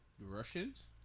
Russians